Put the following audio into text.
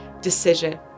decision